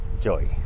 joy